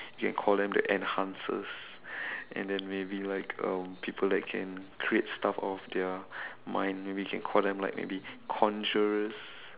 you can call them the enhancers and then maybe like um people that can create stuff out of their mind maybe you can call them like maybe conjurers